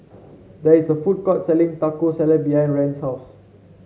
there is a food court selling Taco Salad behind Rand's house